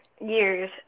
years